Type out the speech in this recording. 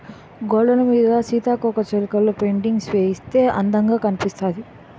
గోడలమీద సీతాకోకచిలక పెయింటింగ్స్ వేయిస్తే అందముగా కనిపిస్తాది